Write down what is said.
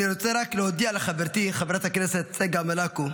אני רוצה רק להודיע לחברתי, חברת הכנסת צגה מלקו,